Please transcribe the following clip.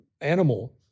animal